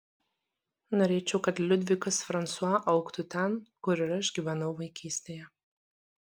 norėčiau kad liudvikas fransua augtų ten kur ir aš gyvenau vaikystėje